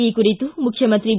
ಈ ಕುರಿತು ಮುಖ್ಯಮಂತ್ರಿ ಬಿ